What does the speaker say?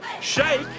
Shake